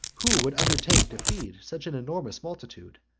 who would undertake to feed such an enormous multitude?